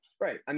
Right